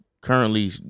currently